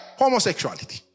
homosexuality